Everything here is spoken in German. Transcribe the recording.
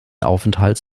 aufenthalts